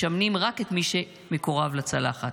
משמנים רק את מי שמקורב לצלחת.